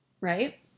right